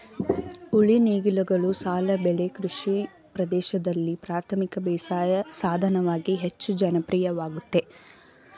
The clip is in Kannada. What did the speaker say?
ಉಳಿ ನೇಗಿಲುಗಳು ಸಾಲು ಬೆಳೆ ಕೃಷಿ ಪ್ರದೇಶ್ದಲ್ಲಿ ಪ್ರಾಥಮಿಕ ಬೇಸಾಯ ಸಾಧನವಾಗಿ ಹೆಚ್ಚು ಜನಪ್ರಿಯವಾಗಯ್ತೆ